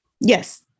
Yes